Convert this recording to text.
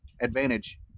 advantage